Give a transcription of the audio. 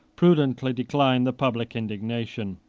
prudently declined the public indignation.